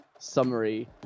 Summary